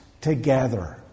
together